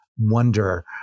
wonder